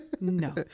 No